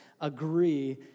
agree